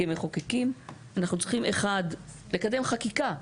כמחוקקים אנחנו צריכים לקדם חקיקה,